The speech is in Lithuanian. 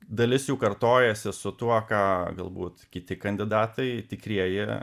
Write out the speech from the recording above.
dalis jų kartojasi su tuo ką galbūt kiti kandidatai tikrieji